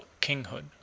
kinghood